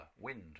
wind